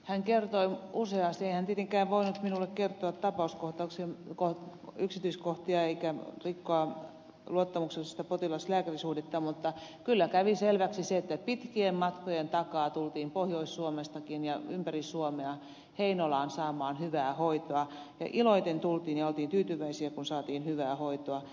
hän kertoi useasti ei hän tietenkään voinut kertoa tapausten yksityiskohtia eikä rikkoa luottamuksellista potilaslääkäri suhdetta mutta kyllä kävi selväksi se että pitkien matkojen takaa tultiin pohjois suomestakin ja ympäri suomea heinolaan saamaan hyvää hoitoa ja iloiten tultiin ja oltiin tyytyväisiä kun saatiin hyvää hoitoa